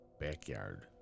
backyard